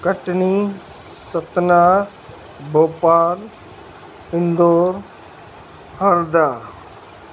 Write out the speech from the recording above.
Katni Satna Bhopal Indore Harda